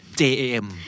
jam